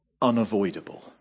unavoidable